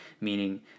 meaning